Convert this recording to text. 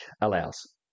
allows